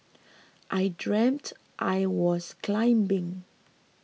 I dreamt I was climbing